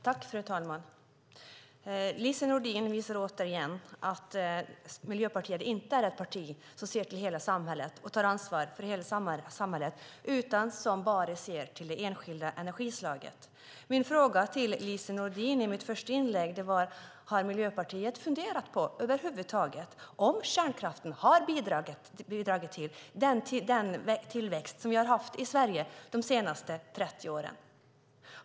Fru talman! Lise Nordin visar återigen att Miljöpartiet inte är ett parti som ser till hela samhället och tar ansvar för hela samhället, utan ett parti som bara ser till det enskilda energislaget. Mina frågor till Lise Nordin i mitt första inlägg var: Har Miljöpartiet funderat på om kärnkraften har bidragit till den tillväxt som vi har haft i Sverige de senaste 30 åren?